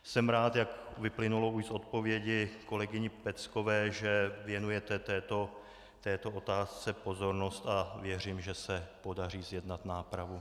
Jsem rád, jak vyplynulo už z odpovědi kolegyně Peckové, že věnujete této otázce pozornost, a věřím, že se podaří zjednat nápravu.